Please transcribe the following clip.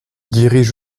dirige